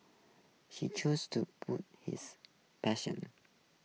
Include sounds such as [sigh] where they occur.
she choose to [unintelligible] his passion